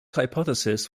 hypothesis